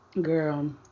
Girl